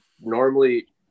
normally